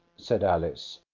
said alice.